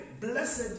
blessed